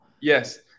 Yes